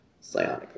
psionic